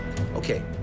Okay